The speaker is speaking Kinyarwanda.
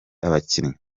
abakinnyi